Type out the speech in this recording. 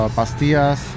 pastillas